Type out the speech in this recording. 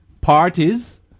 parties